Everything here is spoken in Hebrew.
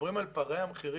מדברים על פערי המחירים,